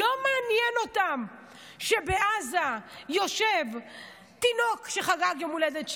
לא מעניין אותם שבעזה יושבים תינוק שחגג יום הולדת שנה,